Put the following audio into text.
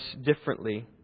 differently